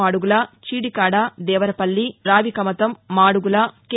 Madugula Cheedikada Devarapalli Ravikamatham Madugula K